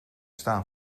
staan